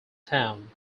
town